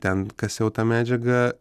ten kasiau tą medžiagą